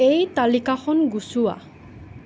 এই তালিকাখন গুচোৱা